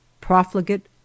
profligate